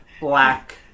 black